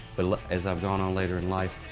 but as i've gone on later in life,